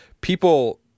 people